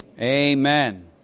Amen